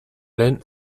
lehen